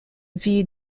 ville